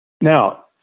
Now